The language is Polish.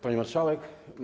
Pani Marszałek!